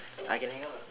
I can hang up